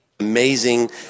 Amazing